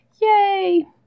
Yay